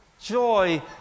Joy